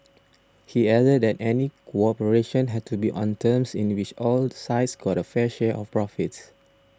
he added that any cooperation had to be on terms in which all sides got a fair share of profits